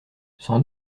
sans